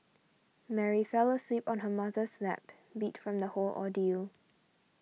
Mary fell asleep on her mother's lap beat from the whole ordeal